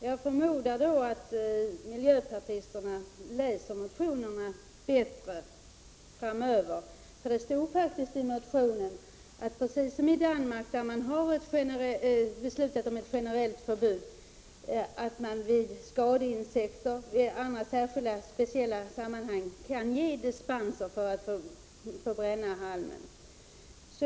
Herr talman! Jag förmodar att miljöpartisterna då kommer att läsa motionerna bättre framöver. Det stod faktiskt i motionen att man här precis som i Danmark, där man har fattat beslut om ett generellt förbud, vid förekomst av skadeinsekter och i andra speciella sammanhang kan ge dispens för halmbränning.